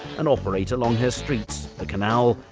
and operate along her streets, the canal,